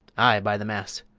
ay, by the mass!